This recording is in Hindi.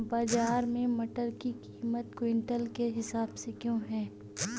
बाजार में मटर की कीमत क्विंटल के हिसाब से क्यो है?